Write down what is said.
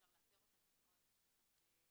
אפשר לאתר אותה כי זה אוהל בשטח ספר.